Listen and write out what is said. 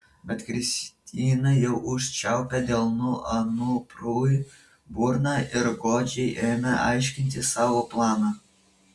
bet kristina jau užčiaupė delnu anuprui burną ir godžiai ėmė aiškinti savo planą